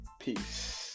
Peace